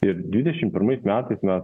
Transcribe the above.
ir dvidešim pirmais metais mes